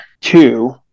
two